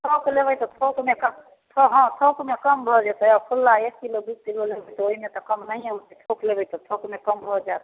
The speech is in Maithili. थोक लेबै तऽ थोकमे कम हँ थोकमे कम भऽ जेतै हँ खुल्लामे एक किलो दुइ किलो लेबै तऽ ओहिमे तऽ कम नहिए होतै थोक लेबै तऽ थोकमे कम भऽ जाएत